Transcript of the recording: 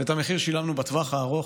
ואת המחיר שילמנו בטווח הארוך,